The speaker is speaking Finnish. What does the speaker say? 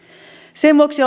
sen vuoksi